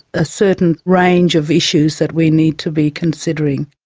a certain range of issues that we need to be considering.